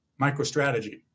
MicroStrategy